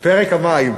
פרק המים.